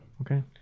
Okay